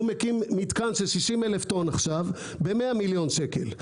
הוא מקים מתקן של 60,000 טון ב- 100 מיליון שקל.